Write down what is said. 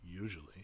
Usually